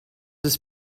ist